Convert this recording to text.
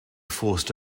forced